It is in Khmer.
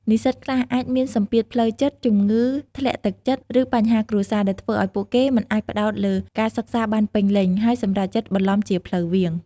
និស្សិតខ្លះអាចមានសម្ពាធផ្លូវចិត្ត ជំងឺធ្លាក់ទឹកចិត្ត ឬបញ្ហាគ្រួសារ ដែលធ្វើឱ្យពួកគេមិនអាចផ្ដោតលើការសិក្សាបានពេញលេញ ហើយសម្រេចចិត្តបន្លំជាផ្លូវវាង។